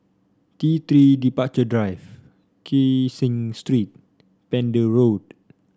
T Three Departure Drive Kee Seng Street Pender Road